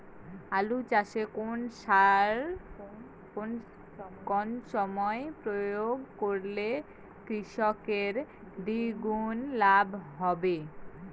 আলু চাষে কোন সার কোন সময়ে প্রয়োগ করলে কৃষকের দ্বিগুণ লাভ হবে?